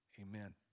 Amen